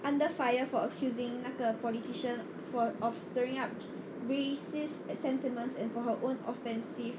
under fire for accusing 那个 politician for of stirring up racist sentiments and for her own offensive